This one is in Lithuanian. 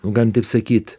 galim taip sakyti